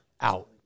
out